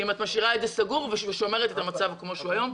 אם את משאירה את המקום סגור במצב כפי שהוא היום.